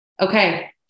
Okay